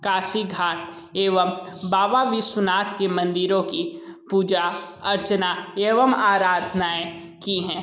काशी घाट एवं बाबा विश्वनाथ के मंदिरों की पूजा अर्चना एवं आराधनाएं की हैं